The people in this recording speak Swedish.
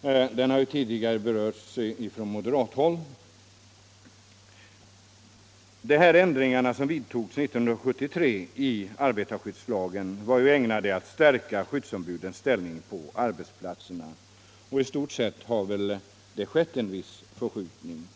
Denna motion har tidigare berörts från moderat håll. De ändringar som vidtogs 1973 i arbetarskyddslagen var ägnade att stärka skyddsombudets ställning på arbetsplatserna. I stort sett har en viss förskjutning